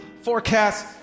forecast